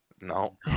No